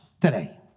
today